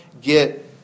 get